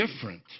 different